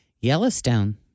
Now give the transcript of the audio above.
Yellowstone